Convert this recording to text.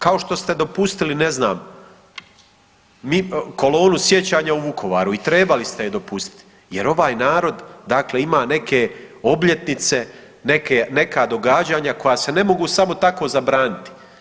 Kao što ste dopustili ne znam, Kolonu sjećanja u Vukovaru i trebali ste ju dopustiti jer ovaj narod ima neke obljetnice, neka događanja koja se ne mogu samo tako zabraniti.